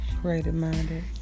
Creative-minded